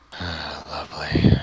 Lovely